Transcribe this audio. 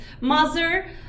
mother